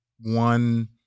one